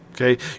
Okay